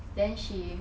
then she